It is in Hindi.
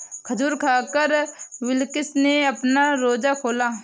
खजूर खाकर बिलकिश ने अपना रोजा खोला